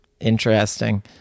Interesting